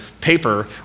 paper